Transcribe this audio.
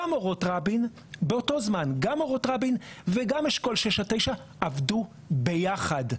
גם אורות רבין באותו זמן וגם אשכול 6-9 עבדו ביחד.